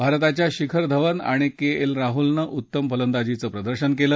भारताच्या शिखर धवन आणि K L राहुलनं उत्तम फलंदाजीचं प्रदर्शन केलं